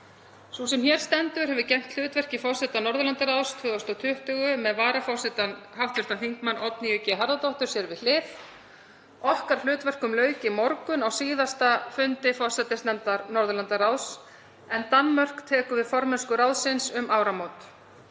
Sú sem hér stendur hefur gegnt hlutverki forseta Norðurlandaráðs 2020 með varaforsetann hv. þm. Oddnýju G. Harðardóttur sér við hlið. Okkar hlutverkum lauk í morgun á síðasta fundi forsætisnefndar Norðurlandaráðs, en Danmörk tekur við formennsku ráðsins um áramót.